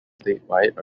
statewide